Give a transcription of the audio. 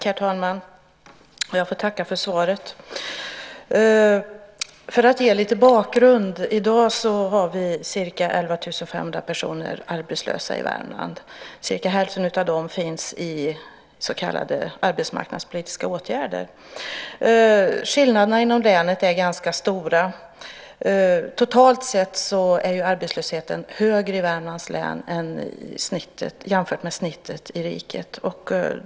Herr talman! Jag får tacka för svaret. Jag ska ge lite bakgrund. I dag har vi ca 11 500 personer arbetslösa i Värmland. Cirka hälften av dem finns i så kallade arbetsmarknadspolitiska åtgärder. Skillnaderna inom länet är ganska stora. Totalt sett är arbetslösheten högre i Värmlands län jämfört med snittet i riket.